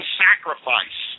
sacrifice